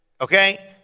okay